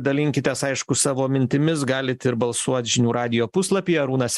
dalinkitės aišku savo mintimis galite ir balsuoti žinių radijo puslapyje arūnas